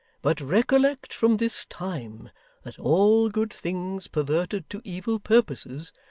but recollect from this time that all good things perverted to evil purposes,